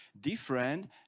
different